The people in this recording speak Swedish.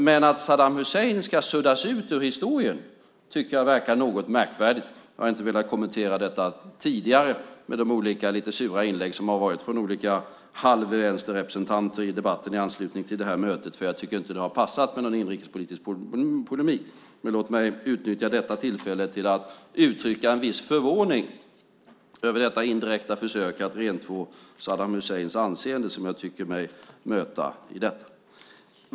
Men att Saddam Hussein ska suddas ut ur historien tycker jag verkar något märkvärdigt. Jag har inte velat kommentera tidigare de lite sura inlägg som har varit från olika halvfrälsta representanter i debatten i anslutning till det här mötet. Jag tycker inte att det har passat med någon inrikespolitisk polemik, men låt mig utnyttja detta tillfälle till att uttrycka en viss förvåning över det indirekta försök att rentvå Saddam Husseins anseende som jag tycker mig möta.